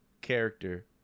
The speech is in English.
character